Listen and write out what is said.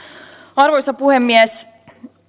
arvoisa puhemies